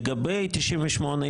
לגבי 98,